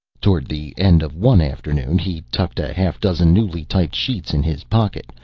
toward the end of one afternoon he tucked a half dozen newly typed sheets in his pocket,